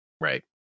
Right